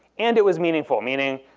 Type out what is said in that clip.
and it was meaningful meaning,